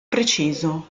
preciso